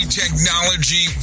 technology